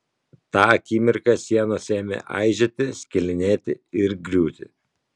tą akimirką sienos ėmė aižėti skilinėti ir griūti